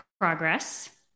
progress